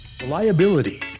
Reliability